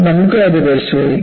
നമുക്ക് അത് പരിശോധിക്കാം